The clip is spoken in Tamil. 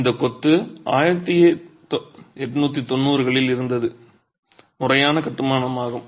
இது கொத்து 1890 களில் இருந்து முறையான கட்டுமானமாகும்